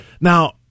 Now